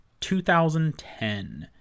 2010